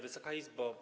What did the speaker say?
Wysoka Izbo!